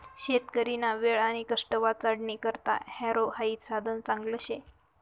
शेतकरीना वेळ आणि कष्ट वाचाडानी करता हॅरो हाई साधन चांगलं शे